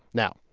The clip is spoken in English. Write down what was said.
now,